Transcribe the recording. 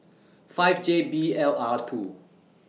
five J B L R two